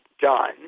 done